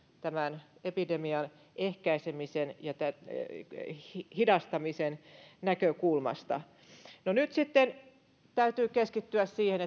tämän epidemian ehkäisemisen ja hidastamisen näkökulmasta nyt sitten täytyy keskittyä siihen